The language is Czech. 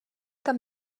tam